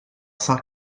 cent